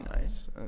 nice